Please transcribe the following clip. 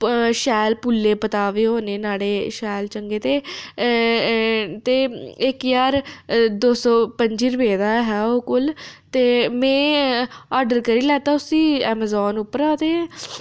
शैल पुल्ले पताबे होने न्हाडे शैल चंगे ते ते इक ज्हार दो पंजी रपेऽ दा हा ओह् कुल्ल ते में आडर करी लैता उसी एैमाजोन उप्परा ते